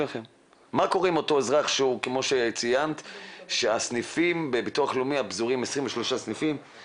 זה אומר שאנשים לא מקבלים תשובות בדרכים המקובלות.